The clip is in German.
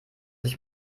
sich